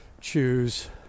choose